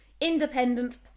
Independent